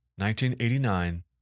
1989